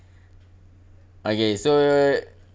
okay so